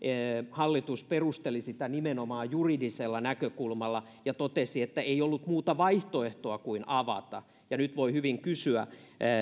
hallitus perusteli sitä nimenomaan juridisella näkökulmalla ja totesi että ei ollut muuta vaihtoehtoa kuin avata nyt voi hyvin kysyä